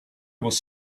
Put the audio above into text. was